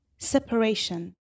Separation